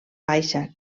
baixa